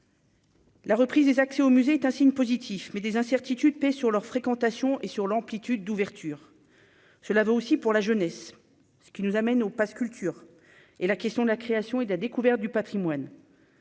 La reprise des accès au musée est un signe positif, mais des incertitudes pèsent sur leur fréquentation et sur l'amplitude d'ouverture, cela vaut aussi pour la jeunesse, ce qui nous amène au Pass culture et la question de la création et la découverte du patrimoine